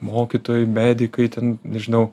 mokytojai medikai ten nežinau